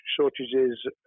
shortages